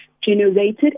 generated